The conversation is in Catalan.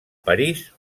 parís